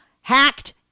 hacked